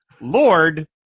Lord